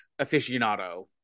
aficionado